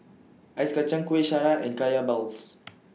Ice Kacang Kueh Syara and Kaya Balls